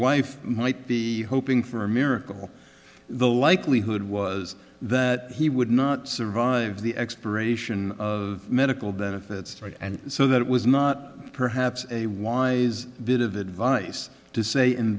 wife might be hoping for a miracle the likelihood was that he would not survive the expiration of medical benefits and so that it was not perhaps a wise bit of advice to say in